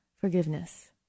forgiveness